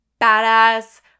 badass